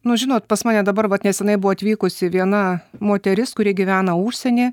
nu žinot pas mane dabar vat nesenai buvo atvykusi viena moteris kuri gyvena užsieny